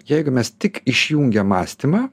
jeigu mes tik išjungiam mąstymą